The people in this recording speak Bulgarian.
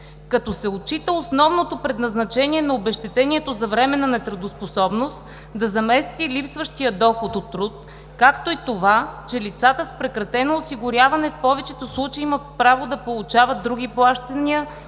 „Като се отчита основното предназначение на обезщетението за временна нетрудоспособност, да замести липсващия доход от труд, както и това, че лицата с прекратено осигуряване в повечето случаи имат право да получават други плащания,